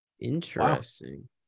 Interesting